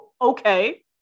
Okay